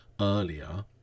earlier